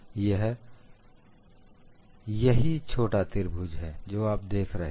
वह यही छोटा त्रिभुज है जो आप यहां देख रहे हैं